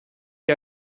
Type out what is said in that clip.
gli